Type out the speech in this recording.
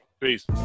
Peace